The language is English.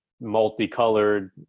multicolored